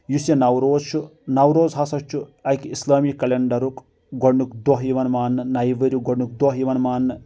یُس یہِ نوروز چھُ نوروز ہسا چھُ اکہِ اسلٲمی کیلنڈرُک گۄڈنیُک دۄہ یِوان ماننہٕ نیہِ ؤرۍ یُک گۄڈنیُک دۄہ یِوان ماننہٕ